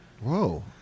Whoa